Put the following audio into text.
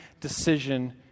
decision